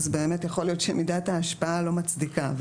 אז באמת יכול להיות שמידת ההשפעה לא מצדיקה.